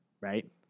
right